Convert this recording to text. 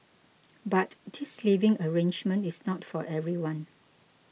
but this living arrangement is not for everyone